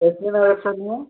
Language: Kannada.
ಎಷ್ಟು ಜನ ಇರೋದು ಸರ್ ನೀವು